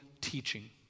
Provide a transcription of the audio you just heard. teaching